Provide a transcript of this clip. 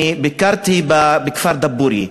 אני ביקרתי בכפר דבורייה,